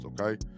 okay